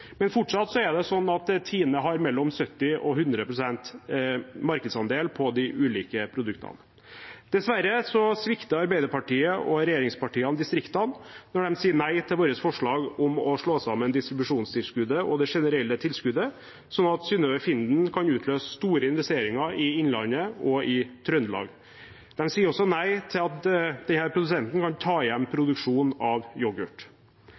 Men fortsatt er det slik at Tine har mellom 70 og 100 pst. markedsandel for de ulike produktene. Dessverre svikter Arbeiderpartiet og regjeringspartiene distriktene når de sier nei til vårt forslag om å slå sammen distribusjonstilskuddet og det generelle tilskuddet, slik at Synnøve Finden kan utløse store investeringer i Innlandet og i Trøndelag. De sier også nei til at denne produsenten kan ta igjen produksjon av